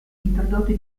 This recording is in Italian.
introdotti